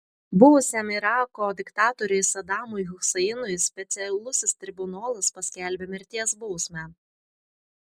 buvusiam irako diktatoriui sadamui huseinui specialusis tribunolas paskelbė mirties bausmę